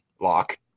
lock